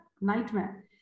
nightmare